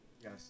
Yes